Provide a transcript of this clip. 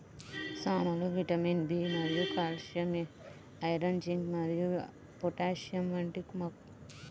సామలు vitamin B మరియు calcium, iron, zinc మరియు పొటాషియం వంటి ముఖ్యమైన ఖనిజాలను అందిస్తాయి